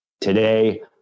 Today